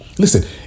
Listen